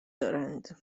دارند